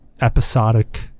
episodic